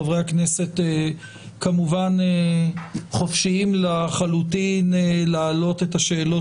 חברי הכנסת כמובן חופשיים לחלוטין לעלות את השאלות